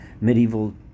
medieval